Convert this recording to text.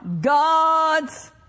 God's